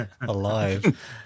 alive